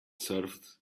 served